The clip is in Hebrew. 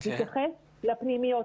מהתקנות מתייחסות לפנימיות.